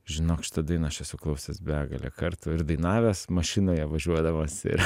žinok šitą dainą aš esu klausęs begalę kartų ir dainavęs mašinoje važiuodamas ir